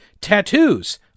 tattoos